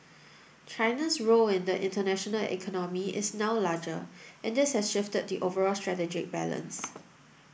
China's role in the international economy is now larger and this has shifted the overall strategic balance